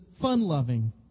fun-loving